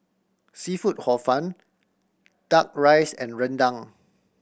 seafood Hor Fun Duck Rice and rendang